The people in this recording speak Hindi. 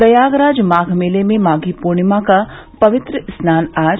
प्रयागराज माघ मेले में माघी पूर्णिमा का पवित्र स्नान आज